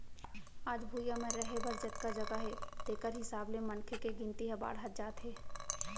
आज भुइंया म रहें बर जतका जघा हे तेखर हिसाब ले मनखे के गिनती ह बाड़हत जात हे